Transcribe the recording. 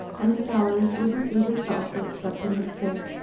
and the salary she would receive herself for accepting this care.